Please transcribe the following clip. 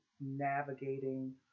navigating